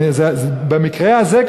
במקרה הזה,